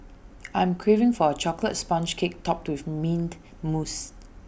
I am craving for A Chocolate Sponge Cake Topped with Mint Mousse